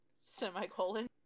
Semicolon